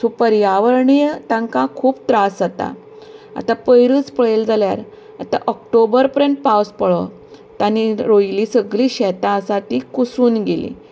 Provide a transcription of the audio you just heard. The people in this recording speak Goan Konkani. सो पर्यावरणीय तांकां खूब त्रास जाता आता पयरच पळयलें जाल्यार आता ऑक्टोबर पर्यंत पावस पडलो आनी रोयिल्ले सगळें शेतां आसात ती कुसून गेलीं